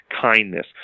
kindness